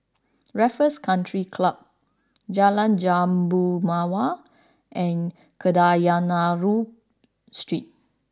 Raffles Country Club Jalan Jambu Mawar and Kadayanallur Street